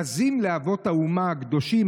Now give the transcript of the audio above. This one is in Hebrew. בזים לאבות האומה הקדושים,